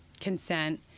consent